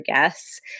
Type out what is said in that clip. guests